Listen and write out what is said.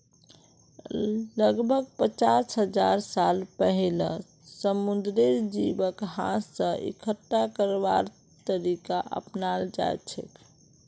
लगभग पचास हजार साल पहिलअ स समुंदरेर जीवक हाथ स इकट्ठा करवार तरीका अपनाल जाछेक